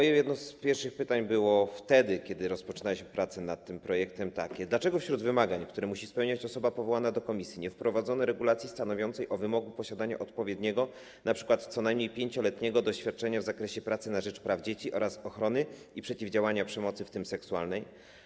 Jedno z moich pierwszych pytań, kiedy rozpoczynaliśmy pracę nad tym projektem, było takie: Dlaczego do wymagań, które musi spełniać osoba powołana do komisji, nie wprowadzono regulacji stanowiącej o wymogu posiadania odpowiedniego, np. co najmniej 5-letniego, doświadczenia w zakresie pracy na rzecz praw dzieci oraz ochrony i przeciwdziałania przemocy, w tym seksualnej?